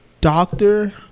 Doctor